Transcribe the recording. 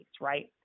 right